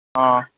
ꯑꯥ